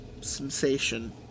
sensation